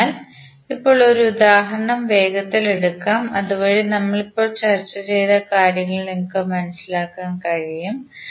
അതിനാൽ ഇപ്പോൾ ഒരു ഉദാഹരണം വേഗത്തിൽ എടുക്കാം അതുവഴി നമ്മൾ ഇപ്പോൾ ചർച്ച ചെയ്ത കാര്യങ്ങൾ നിങ്ങൾക്ക് മനസിലാക്കാൻ കഴിയും